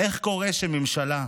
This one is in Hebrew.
איך קורה שממשלה והשליחים,